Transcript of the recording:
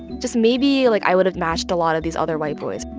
just maybe, like, i would have matched a lot of these other white boys,